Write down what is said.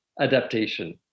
adaptation